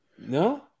No